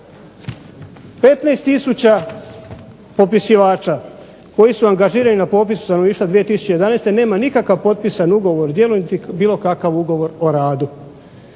tisuća popisivača koji su angažirani na popisu stanovništva 2011. nema nikakav potpisan ugovor o djelu niti bilo kakav ugovor o radu,